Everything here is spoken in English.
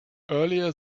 earlier